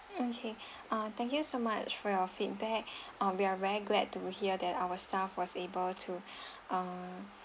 okay ah thank you so much for your feedback um we are very glad to hear that our staff was able to um